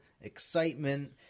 excitement